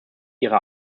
ihre